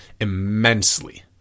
immensely